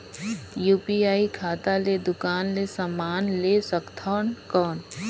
UPI खाता ले दुकान ले समान ले सकथन कौन?